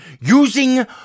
using